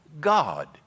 God